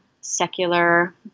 secular